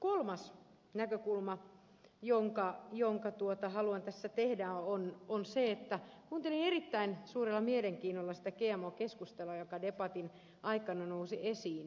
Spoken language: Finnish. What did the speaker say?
kolmas näkökulma jonka haluan tässä tehdä on se että kuuntelin erittäin suurella mielenkiinnolla sitä gmo keskustelua joka debatin aikana nousi esiin